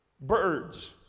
Birds